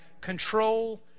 control